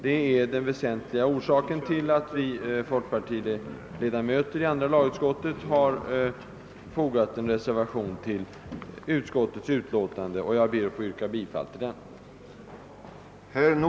Det är den väsentliga orsaken till att vi folkpartiledamöter i andra lagutskottet har fogat en reservation till utskottsutlåtandet, och jag ber att få yrka bifall till denna.